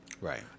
Right